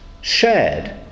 shared